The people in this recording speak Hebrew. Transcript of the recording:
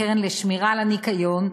הקרן לשמירת הניקיון,